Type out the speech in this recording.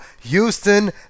Houston